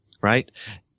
right